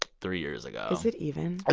three years ago is it even? ah